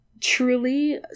Truly